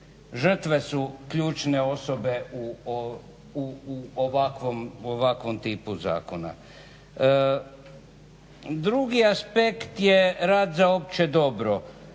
Žrtve su ključne osobe u ovakvom tipu zakona. Drugi aspekt je rad za opće dobro.